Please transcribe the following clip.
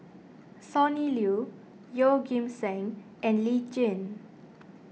Sonny Liew Yeoh Ghim Seng and Lee Tjin